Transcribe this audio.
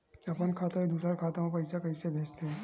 अपन खाता ले दुसर के खाता मा पईसा कइसे भेजथे?